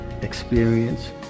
experience